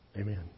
Amen